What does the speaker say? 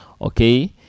Okay